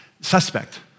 suspect